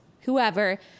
whoever